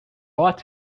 ought